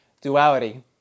duality